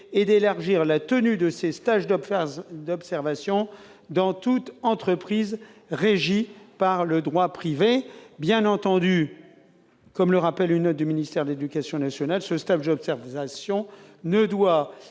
et d'élargir la tenue de ces stages d'observation à toute entreprise régie par le droit privé. Bien entendu, comme le rappelle une note du ministère de l'éducation nationale, ce stage d'observation ne doit